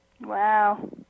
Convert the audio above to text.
Wow